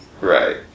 Right